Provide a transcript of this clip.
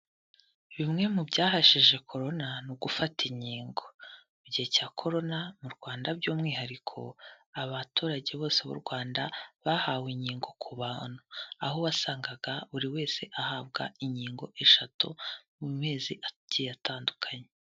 Bimwe mu byahashije Korona ni ugufata inkingo, mu gihe cya Korona mu Rwanda by'umwihariko abaturage bose b'u Rwanda bahawe inkingo ku bantu, aho wasangaga buri wese ahabwa inkingo eshatu mu mezi agiye atandukanye.